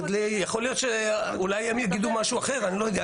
אולי הם יגידו משהו אחר, אני לא יודע.